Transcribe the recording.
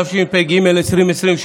התשפ"ג 2023,